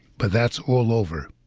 but that's all over.